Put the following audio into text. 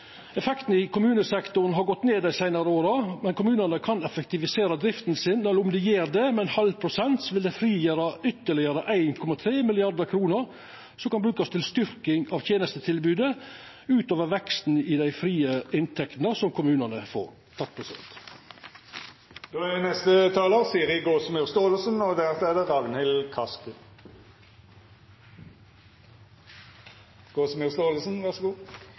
Effekten i kommunesektoren har gått ned dei seinare åra, men kommunane kan effektivisera drifta si. Om dei gjer det med 0,5 pst., vil det frigjera ytterlegare 1,3 mrd. kr som kan brukast til styrking av tenestetilbodet utover veksten i dei frie inntektene som kommunane får. Arbeid til alle er prioritet nummer én for Arbeiderpartiet. Nøkkelen til integrering er arbeid, og